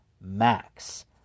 Max